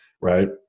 right